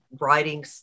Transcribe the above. writing